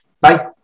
Bye